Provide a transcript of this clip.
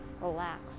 relax